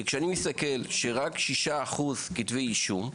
כי כשאני מסתכל שרק 6% כתבי אישום,